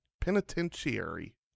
Penitentiary